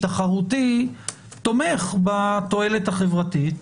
תחרותי לרוב תומך בתועלת החברתית.